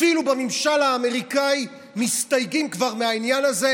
אפילו בממשל האמריקאי מסתייגים כבר מהעניין הזה,